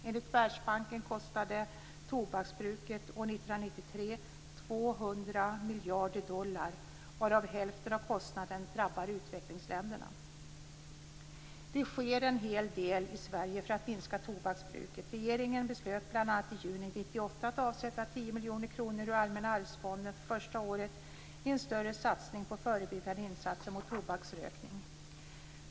Enligt Världsbanken kostade tobaksbruket 200 miljarder dollar år 1993, varav hälften av kostnaderna drabbar utvecklingsländerna. Det sker en hel del i Sverige för att minska tobaksbruket. Regeringen beslöt bl.a. i juni 1998 att avsätta 10 miljoner kronor ur Allmänna arvsfonden för första året i en större satsning på förebyggande insatser mot tobaksrökning.